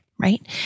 right